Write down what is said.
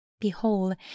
Behold